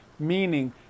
Meaning